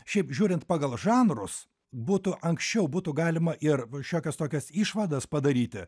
šiaip žiūrint pagal žanrus būtų anksčiau būtų galima ir šiokias tokias išvadas padaryti